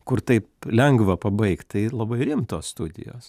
kur taip lengva pabaigt tai ir labai rimtos studijos